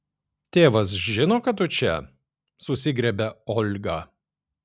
tėvas žino kad tu čia susigriebia olga